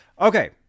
Okay